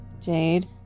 Jade